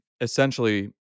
essentially